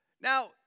Now